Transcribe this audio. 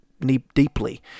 deeply